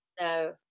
no